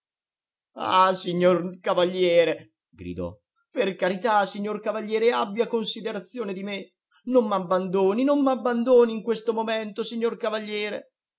ah signor cavaliere gridò per carità signor cavaliere abbia considerazione di me non m'abbandoni non m'abbandoni in questo momento signor cavaliere